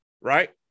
right